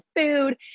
food